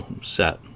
set